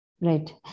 Right